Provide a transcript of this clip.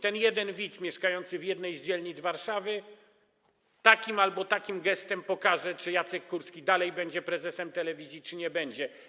Ten jeden widz mieszkający w jednej z dzielnic Warszawy takim albo takim gestem pokaże, czy Jacek Kurski dalej będzie prezesem telewizji czy nie będzie.